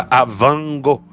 avango